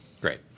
Great